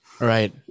Right